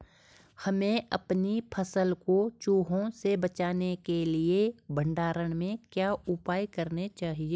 हमें अपनी फसल को चूहों से बचाने के लिए भंडारण में क्या उपाय करने चाहिए?